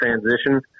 transition